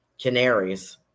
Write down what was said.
canaries